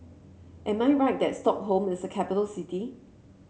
am I right that Stockholm is a capital city